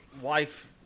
wife